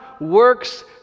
works